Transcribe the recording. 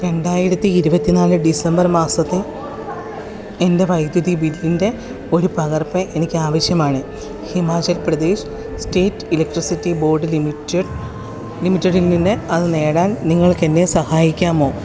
രണ്ടായിരത്തി ഇരുപത്തി നാല് ഡിസംബർ മാസത്തെ എൻ്റെ വൈദ്യുതി ബില്ലിൻ്റെ ഒരു പകർപ്പ് എനിക്ക് ആവശ്യമാണ് Himachal Pradesh state electricity board limited ലിമിറ്റഡിൽ നിന്ന് അതു നേടാൻ നിങ്ങൾക്കെന്നെ സഹായിക്കാമോ